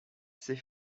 ces